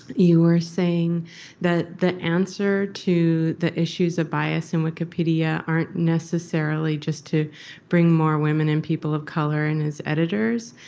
you were saying that the answer to the issues of bias in wikipedia aren't necessarily just to bring more women and people of color in as editors,